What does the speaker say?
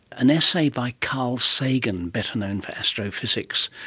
an essay by carl sagan, better known for astrophysics,